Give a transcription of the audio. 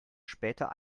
später